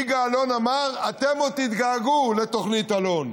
יגאל אלון אמר: אתם עוד תתגעגעו לתוכנית אלון.